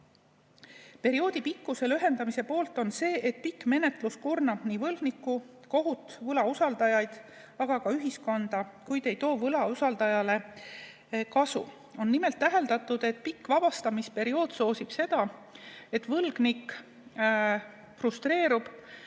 Perioodi pikkuse lühendamise poolt on see, et pikk menetlus kurnab nii võlgnikku, kohut kui ka võlausaldajaid, samuti ühiskonda, kuid ei too võlausaldajale kasu. On nimelt täheldatud, et pikk vabastamisperiood soosib seda, et võlgnik frustreerub